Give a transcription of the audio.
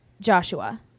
Joshua